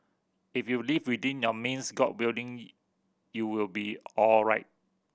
if you live within your means God willing you will be alright